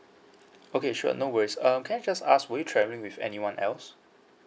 okay sure no worries um can I just ask were you travelling with anyone else